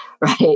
right